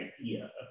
idea